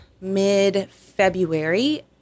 mid-February